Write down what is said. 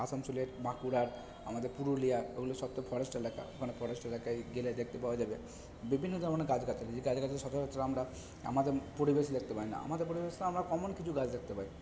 আসানসোলের বাঁকুড়ার আমাদের পুরুলিয়ার ওগুলোর সব তো ফরেস্ট এলাকা ওখানে ফরেস্ট এলাকায় গেলে দেখতে পাওয়া যাবে বিভিন্ন ধরনের গাছগাছালি যে গাছগাছালি সচরাচর আমরা আমাদের পরিবেশে দেখতে পাই না আমাদের পরিবেশে আমরা কমন কিছু গাছ দেখতে পাই